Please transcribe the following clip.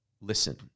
listen